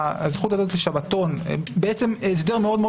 הזכות הזאת לשבתון זה בעצם הסדר מאוד מאוד